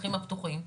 השטחים הפתוחים,